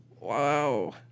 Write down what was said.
wow